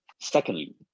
Secondly